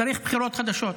צריך בחירות חדשות.